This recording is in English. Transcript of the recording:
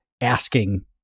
asking